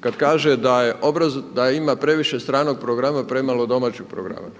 kada kaže da ima previše stranog programa a premalo domaćeg programa.